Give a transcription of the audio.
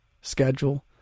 schedule